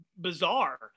bizarre